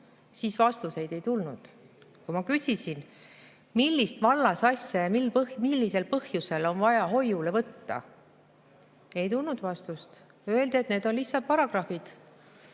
siis vastuseid ei tulnud. Kui ma küsisin, millist vallasasja ja mis põhjusel on vaja hoiule võtta, siis ei tulnud vastust. Öeldi, et need on lihtsalt paragrahvid.